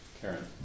Karen